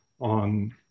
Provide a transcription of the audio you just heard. on